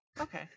Okay